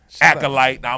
acolyte